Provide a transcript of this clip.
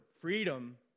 Freedom